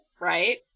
right